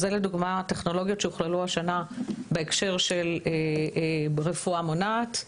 זה לדוגמה טכנולוגיות שהוכללו השנה בהקשר של רפואה מונעת.